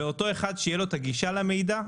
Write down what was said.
ואותו אחד שיהיה לו את הגישה למידע,